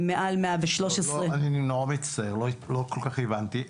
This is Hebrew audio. מעל 113 --- לא כל כך הבנתי,